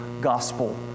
gospel